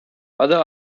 other